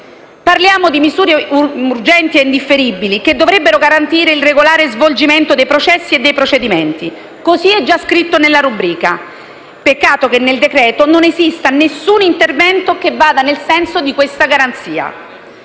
Parliamo di misure urgenti e indifferibili che dovrebbero garantire il regolare svolgimento dei processi e dei procedimenti: così è scritto già nella rubrica. Peccato che nel decreto-legge non esista alcun intervento che vada nel senso di questa garanzia.